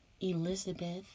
Elizabeth